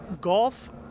golf